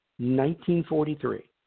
1943